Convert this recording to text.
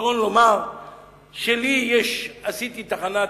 הפתרון הוא לומר שלי יש, עשיתי תחנת,